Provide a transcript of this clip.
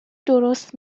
درست